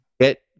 get